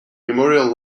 memorial